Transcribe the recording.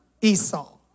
Esau